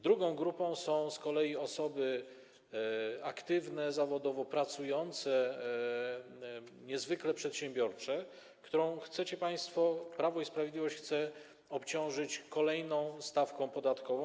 Drugą grupą są z kolei osoby aktywne zawodowo, pracujące, niezwykle przedsiębiorcze, które chcecie państwo, które Prawo i Sprawiedliwość chce obciążyć kolejną stawką podatkową.